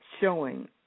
showing